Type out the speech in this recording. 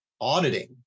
auditing